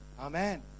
Amen